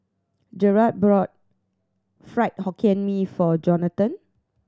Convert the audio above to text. Jaret brought Fried Hokkien Mee for Jonatan